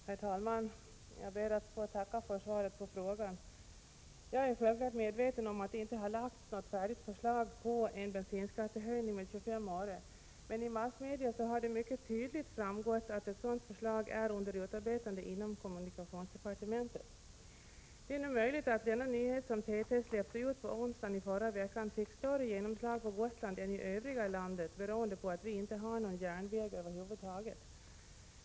Herr talman! Jag ber att få tacka för svaret på frågan. Jag är självfallet medveten om att det inte finns något färdigt förslag om en bensinskattehöjning på 25 öre, men i massmedia har det mycket tydligt framgått att ett sådant förslag är under utarbetande inom kommunikationsdepartementet. Det är möjligt att denna nyhet, som TT släppte ut på onsdagen i förra veckan, fick större genomslag på Gotland än i övriga delar av landet beroende på att vi över huvud taget inte har någon järnväg.